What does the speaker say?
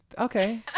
okay